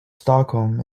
stockholm